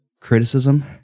criticism